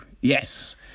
yes